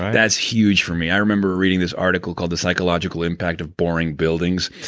that's huge for me. remember reading this article called the psychological impact of boring buildings.